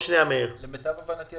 למיטב הבנתי,